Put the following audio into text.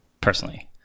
personally